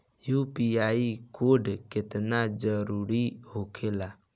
UPI code केतना जरुरी होखेला?